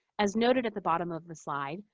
as noted at the bottom of the slide,